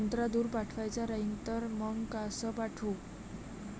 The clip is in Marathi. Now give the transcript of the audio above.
संत्रा दूर पाठवायचा राहिन तर मंग कस पाठवू?